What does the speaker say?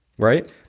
right